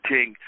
King